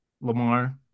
Lamar